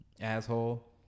asshole